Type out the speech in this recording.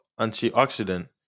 antioxidant